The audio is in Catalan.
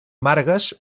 margues